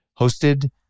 hosted